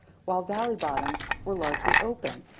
while valley bottoms were largely open.